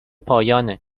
پایانه